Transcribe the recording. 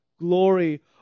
glory